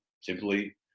simply